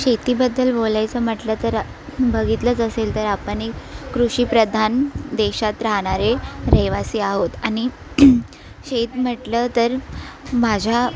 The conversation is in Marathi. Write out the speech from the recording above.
शेतीबद्दल बोलायचं म्हटलं तर बघितलंच असेल तर आपण एक कृषीप्रधान देशात राहणारे रहिवासी आहोत आणि शेत म्हटलं तर माझ्या